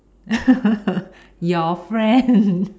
your friend